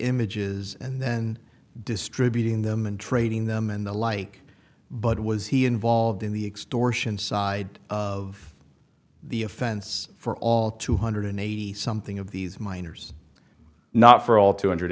images and then distributing them and trading them and the like but was he involved in the extortion side of the offense for all two hundred eighty something of these miners not for all two hundred